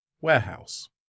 warehouse